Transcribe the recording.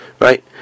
right